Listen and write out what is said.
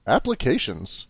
Applications